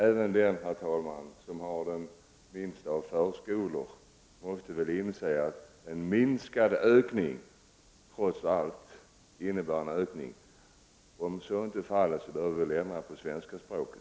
Även de, herr talman, som har det minsta av skolor bakom sig, måste inse att en minskad ökning trots allt innebär en ökning. Om så inte är fallet, behöver vi ändra på svenska språket.